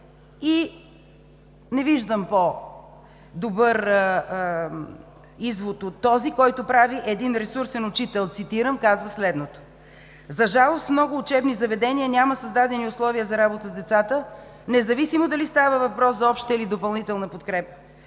Не виждам по-добър извод от този, който прави един ресурсен учител. Цитирам, казва следното: „За жалост, в много учебни заведения няма създадени условия за работа с децата, независимо дали става въпрос за обща или допълнителна подкрепа.